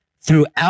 throughout